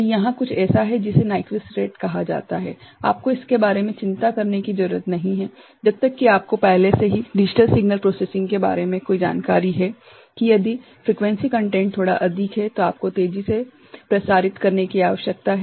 तो यहाँ कुछ ऐसा है जिसे नाइक्वीस्ट रेट कहा जाता है आपको इसके बारे में चिंता करने की ज़रूरत नहीं है जब तक कि आपको पहले से ही डिजिटल सिग्नल प्रोसेसिंग के बारे में कोई जानकारी है कि यदि फ्रिक्वेन्सी कंटैंट थोड़ा अधिक है तो आपको तेजी से प्रसारित करने की आवश्यकता है